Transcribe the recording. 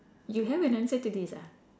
you have an answer to this ah